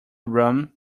rum